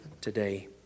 today